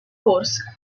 course